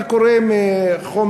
אני קורא מחומר,